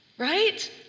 Right